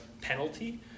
penalty